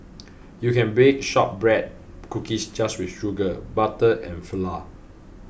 you can bake Shortbread Cookies just with sugar butter and flour